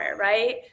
right